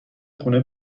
خونه